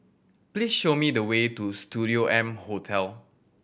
please show me the way to Studio M Hotel